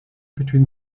between